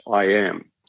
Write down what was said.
IAM